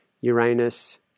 Uranus